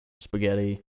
spaghetti